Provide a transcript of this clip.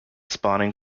spawning